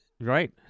Right